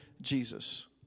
Jesus